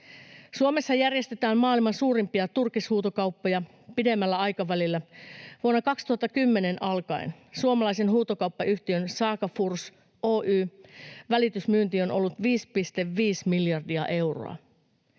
Suomessa järjestetään maailman suurimpia turkishuutokauppoja. Pidemmällä aikavälillä, vuodesta 2010 alkaen, suomalaisen huutokauppayhtiön, Saga Furs Oyj:n, välitysmyynti on ollut 5,5 miljardia euroa